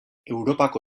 europako